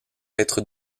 être